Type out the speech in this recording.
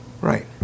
Right